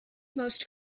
most